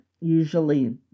usually